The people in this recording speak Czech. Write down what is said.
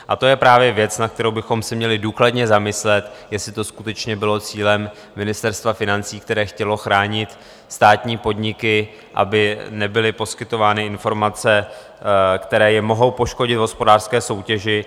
A to je právě věc, na kterou bychom se měli důkladně zamyslet, jestli to skutečně bylo cílem Ministerstva financí, které chtělo chránit státní podniky, aby nebyly poskytovány informace, které je mohou poškodit v hospodářské soutěži.